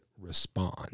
respond